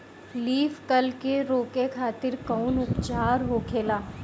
Leaf curl के रोके खातिर कउन उपचार होखेला?